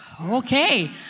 okay